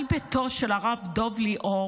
על ביתו של הרב דוב ליאור